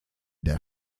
der